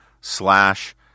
slash